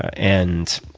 and